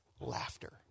laughter